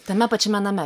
tame pačiame name